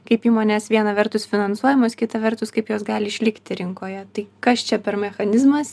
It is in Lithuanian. kaip įmonės viena vertus finansuojamos kita vertus kaip jos gali išlikti rinkoje tai kas čia per mechanizmas